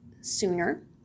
sooner